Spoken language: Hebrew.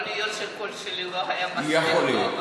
יכול להיות שהקול שלי היה לא מספיק גבוה,